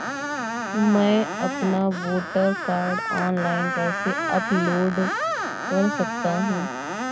मैं अपना voter card online कैसे अपलोड कर सकता हूँ?